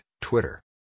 Twitter